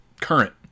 current